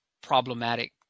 problematic